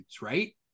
right